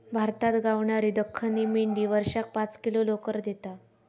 भारतात गावणारी दख्खनी मेंढी वर्षाक पाच किलो लोकर देता